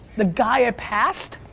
the guy i passed,